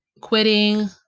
quitting